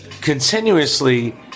continuously